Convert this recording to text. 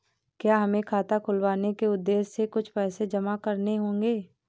क्या हमें खाता खुलवाने के उद्देश्य से कुछ पैसे जमा करने होंगे?